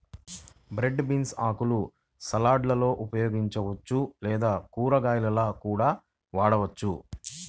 broad beans ఆకులను సలాడ్లలో ఉపయోగించవచ్చు లేదా కూరగాయలా కూడా వండవచ్చు